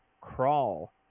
Crawl